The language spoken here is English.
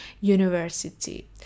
university